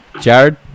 Jared